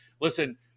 Listen